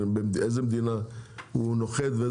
באיזו מדינה הוא נוחת.